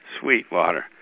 Sweetwater